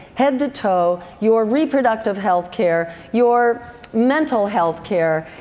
head to toe. your reproductive health care, your mental health care,